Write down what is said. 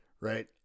Right